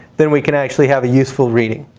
then we can actually have a useful reading.